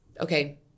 Okay